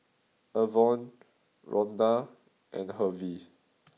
Avon Ronda and Hervey